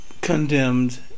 condemned